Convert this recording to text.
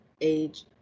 age